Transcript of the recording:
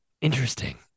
interesting